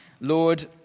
Lord